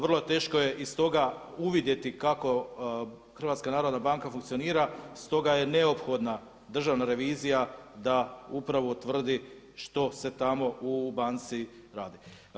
Vrlo teško je iz toga uvidjeti kako HNB funkcionira stoga je neophodna državna revizija da upravo utvrdi što se tamo u banci radi.